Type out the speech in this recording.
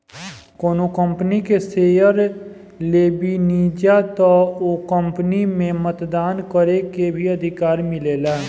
कौनो कंपनी के शेयर लेबेनिजा त ओ कंपनी में मतदान करे के भी अधिकार मिलेला